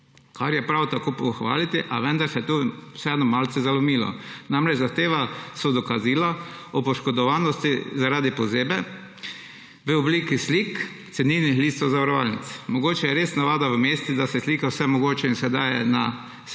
ker je prav tako za pohvaliti, a vendar se je tu vseeno malce zalomilo. Namreč zahtevana so dokazila o poškodovanosti zaradi pozebe v obliki slik cenilnih listov zavarovalnic. Mogoče je res navada v mestih, da se slika vse mogoče in se daje na splet,